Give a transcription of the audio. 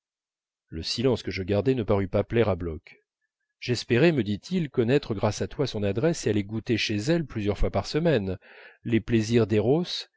le silence que je gardai ne parut pas plaire à bloch j'espérais me dit-il connaître grâce à toi son adresse et aller goûter chez elle plusieurs fois par semaine les plaisirs